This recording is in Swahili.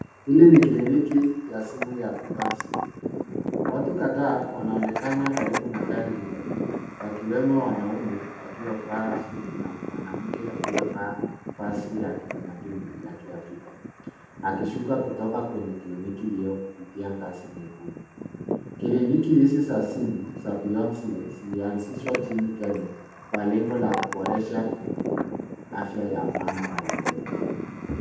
Hili ni kliniki ya simu ya Beyond Zero. Watu kadhaa wanaonekana karibu na gari hilo, wakiwemo wanaume waliovaa suti na mwanamke aliyevaa vazi ya kitamuduni ya Kiafrika, akishuka kutoka kwenye kliniki hio kupitia ngazi nyekundu. Kliniki hizi za simu za Beyond Zero zilianzishwa nchini Kenya, kwa lengo ya kuboresha afya ya mama na watoto.